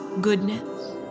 goodness